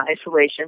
isolation